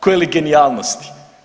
Koje li genijalnosti.